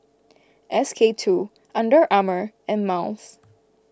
S K two Under Armour and Miles